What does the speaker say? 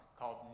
called